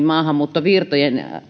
maahanmuuttovirtojen